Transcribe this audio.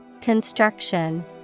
Construction